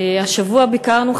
השבוע ביקרנו,